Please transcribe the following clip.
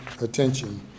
attention